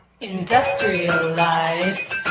Industrialized